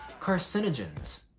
carcinogens